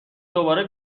دوباره